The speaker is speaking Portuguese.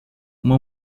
uma